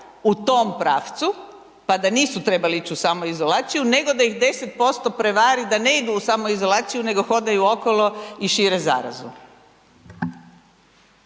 u tom pravcu pa da nisu trebali ići u samoizolaciju nego da ih 10% prevari da ne idu u samoizolaciju nego hodaju okolo i šire zarazu.